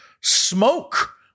smoke